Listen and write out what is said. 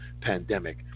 pandemic